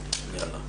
ישיבה זו נעולה.